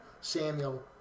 Samuel